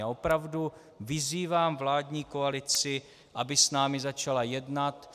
A opravdu vyzývám vládní koalici, aby s námi začala jednat.